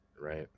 Right